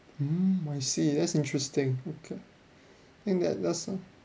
mm I see that's interesting okay I think that that's so